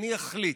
אני אחליט.